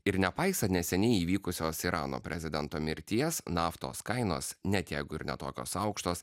ir nepaisant neseniai įvykusios irano prezidento mirties naftos kainos net jeigu ir ne tokios aukštos